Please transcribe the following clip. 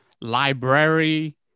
library